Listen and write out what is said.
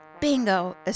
Bingo